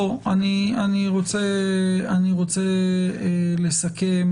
אני רוצה לסכם,